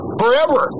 forever